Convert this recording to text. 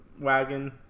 wagon